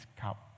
cup